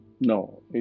No